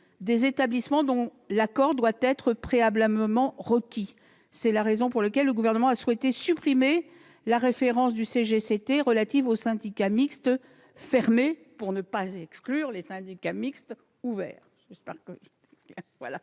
des établissements dont l'accord doit être préalablement requis. C'est la raison pour laquelle le Gouvernement a souhaité supprimer la référence du CGCT relative aux syndicats mixtes fermés, pour ne pas exclure les syndicats mixtes ouverts.